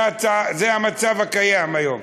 זה המצב הקיים היום.